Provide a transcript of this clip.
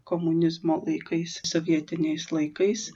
komunizmo laikais sovietiniais laikais